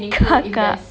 kakak